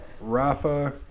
Rafa